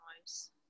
Nice